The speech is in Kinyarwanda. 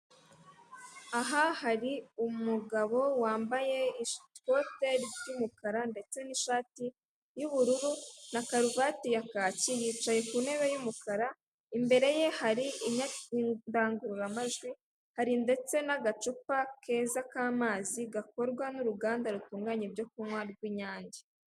Aha hari umugabo wambaye ikote ry' umukara ndetse n' ishati y' ubururu nakaruvate ya kaki, yicaye ku ntebe y'umukara imbere ye hari indangururamajwi hari ndetse n' agacupa keza k' amazi gakorwa n' uruganda rutunganya ibyo kunywa rw' Inyange.